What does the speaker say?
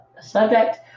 subject